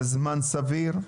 זה זמן סביר?